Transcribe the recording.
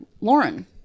Lauren